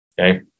Okay